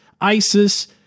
isis